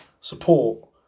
support